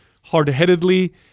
hard-headedly